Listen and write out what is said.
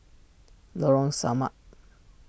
Lorong Samak